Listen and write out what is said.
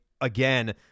again